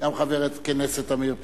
גם חבר הכנסת עמיר פרץ,